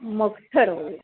मग ठरवूया